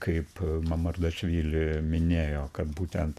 kaip mamardašvili minėjo kad būtent